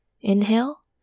Inhale